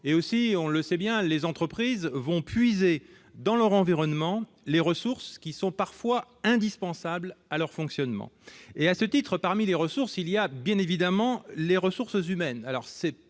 ailleurs, on le sait bien, les entreprises vont puiser, dans leur environnement, les ressources qui sont, parfois, indispensables à leur fonctionnement. Parmi ces ressources, on trouve, bien évidemment, les ressources humaines.